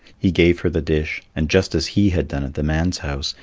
he gave her the dish, and just as he had done at the man's house,